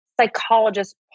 psychologist